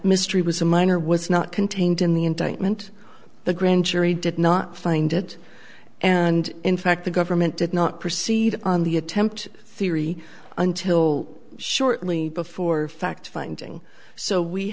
mystery was a minor was not contained in the indictment the grand jury did not find it and in fact the government did not proceed on the attempt theory until shortly before fact finding so we